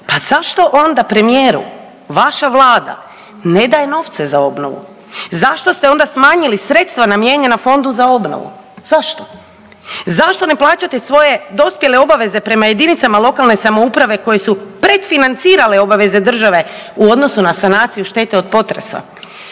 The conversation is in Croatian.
pa zašto onda premijeru vaša Vlada ne daje novce za obnovu? Zašto ste onda smanjili sredstva namijenjena Fondu za obnovu? Zašto? Zašto ne plaćate svoje dospjele obveze prema jedinicama lokalne samouprave koje su predfinancirale obaveze države u odnosu na sanaciju štete od potresa.